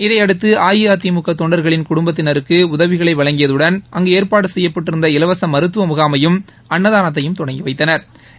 இதையடுத்து அஇஅதிமுக தொண்டர்களின் குடும்பத்தினருக்கு உதவிகளை வழங்கியதுடன் அங்கு ஏற்பாடு செய்யப்பட்டிருந்த இலவச மருத்துவமுகாமையும் அன்னதானத்தையும் தொடங்கி வைத்தனா்